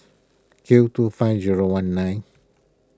Q two five zero one nine